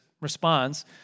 responds